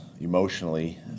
emotionally